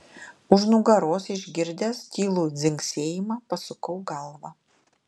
už nugaros išgirdęs tylų dzingsėjimą pasukau galvą